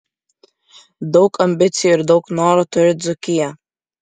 daug ambicijų ir daug noro turi dzūkija